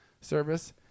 service